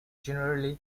generally